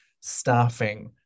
staffing